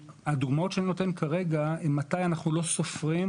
הדוגמאות שאני נותן כרגע הן מתי אנחנו לא סופרים,